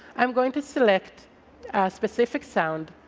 i'm going to select a specific sound.